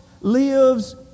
lives